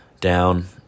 down